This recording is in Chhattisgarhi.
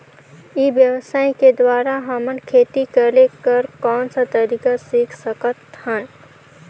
ई व्यवसाय के द्वारा हमन खेती करे कर कौन का तरीका सीख सकत हन?